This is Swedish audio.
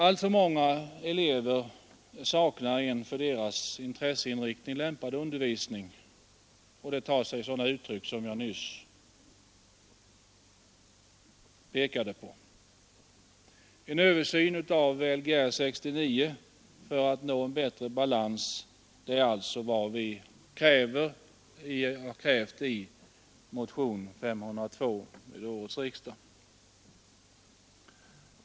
Alltför många elever saknar en för deras intresseinriktning lämpad undervisning, och detta tar sig sådana uttryck som dem jag nyss pekade på. För att nå en bättre balans kräver vi i motionen 502 en översyn av Lgr 69.